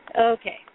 Okay